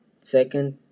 second